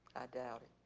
doubt it.